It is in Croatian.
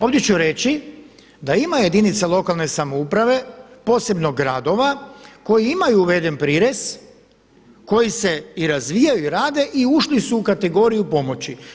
Ovdje ću reći da ima jedinica lokalne samouprave, posebno gradova koji imaju uveden prirez koji se i razvijaju i rade i ušli su u kategoriju pomoći.